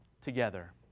together